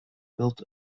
built